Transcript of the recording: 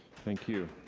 thank you.